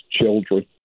children